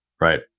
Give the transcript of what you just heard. right